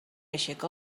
aixeca